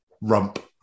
Rump